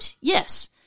yes